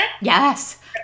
Yes